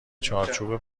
چارچوب